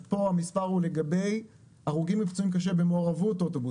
פה המספר הוא הרוגים ופצועים קשה במעורבות אוטובוס.